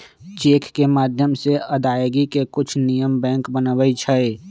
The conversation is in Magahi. चेक के माध्यम से अदायगी के कुछ नियम बैंक बनबई छई